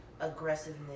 aggressiveness